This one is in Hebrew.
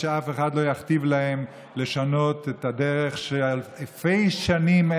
ושאף אחד לא יכתיב להם לשנות את הדרך של אלפי שנים,